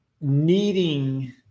needing